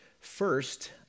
First